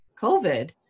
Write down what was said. COVID